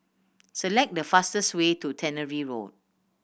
select the fastest way to Tannery Road